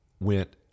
went